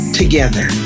together